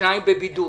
ששניים בבידוד.